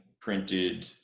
printed